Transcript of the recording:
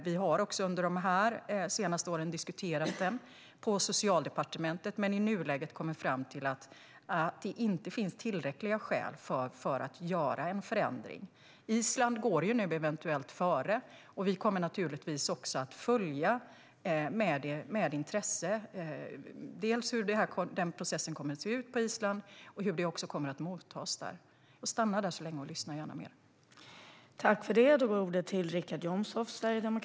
Vi har också under de senaste åren diskuterat den på Socialdepartementet men i nuläget kommit fram till att det inte finns tillräckliga skäl för att göra en förändring. Island går nu eventuellt före, och vi kommer naturligtvis att med intresse följa hur processen kommer att se ut på Island och hur detta kommer att mottas där. Jag stannar där så länge och lyssnar gärna mer.